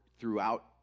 throughout